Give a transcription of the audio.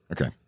Okay